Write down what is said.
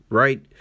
right